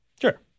Sure